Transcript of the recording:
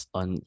on